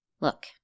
Look